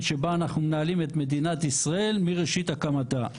שבה אנחנו מנהלים את מדינת ישראל מראשית הקמתה.